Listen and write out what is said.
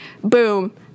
Boom